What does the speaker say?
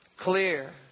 clear